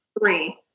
three